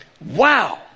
Wow